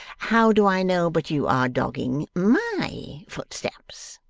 how do i know but you are dogging my footsteps.